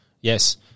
Yes